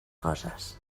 coses